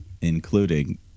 including